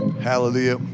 Hallelujah